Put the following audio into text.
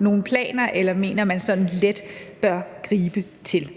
noget, jeg mener man let bør gribe til.